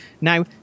Now